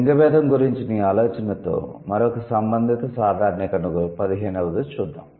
లింగ భేదం గురించిన ఈ ఆలోచనతో మరొక సంబంధిత సాధారణీకరణ పదిహేనవది చూద్దాం